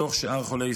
בתוך שאר חולי ישראל,